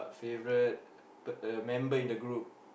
favourite p~ uh member in the group